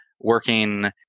working